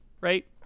right